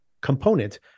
component